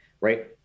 right